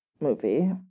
movie